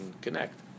connect